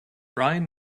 ryan